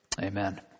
Amen